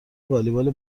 والیبال